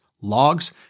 logs